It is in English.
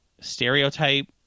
stereotype